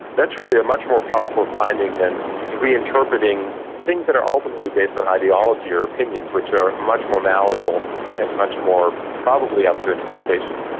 that is really a much more powerful finding than reinterpreting things that are ultimately based on ideology or opinions, which are much more malleable and much more probably up to interpretation.